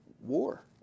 war